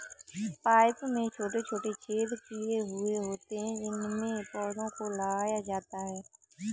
pipe में छोटे छोटे छेद किए हुए होते हैं उनमें पौधों को लगाया जाता है